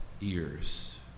ears